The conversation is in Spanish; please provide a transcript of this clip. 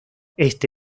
este